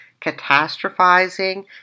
catastrophizing